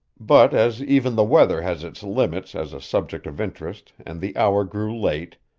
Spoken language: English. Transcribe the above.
but as even the weather has its limits as a subject of interest and the hour grew late,